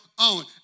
own